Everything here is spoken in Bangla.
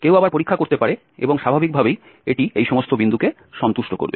কেউ আবার পরীক্ষা করতে পারে এবং স্বাভাবিকভাবেই এটি এই সমস্ত বিন্দুকে সন্তুষ্ট করবে